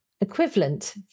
equivalent